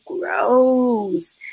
gross